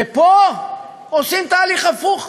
ופה עושים תהליך הפוך.